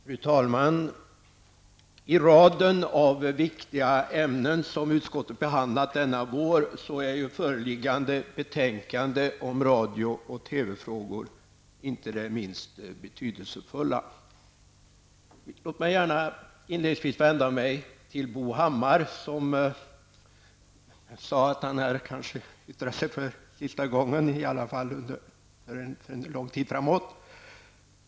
Fru talman! I raden av viktiga ämnen som utskottet behandlat denna vår är föreliggande betänkande om radio och TV-frågor inte det minst betydelsefulla. Jag vill inledningsvis vända mig till Bo Hammar, som sade att han här kanske yttrar sig för sista gången, i varje fall för en lång tid framåt.